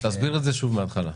תסביר את זה שוב מהתחלה.